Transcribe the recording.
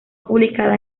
publicada